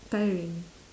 tiring